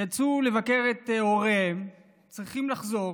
יצאו לבקר את הוריהם וצריכים לחזור,